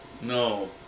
no